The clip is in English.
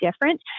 different